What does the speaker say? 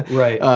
right.